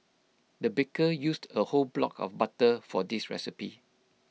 the baker used A whole block of butter for this recipe